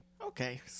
Okay